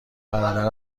برادر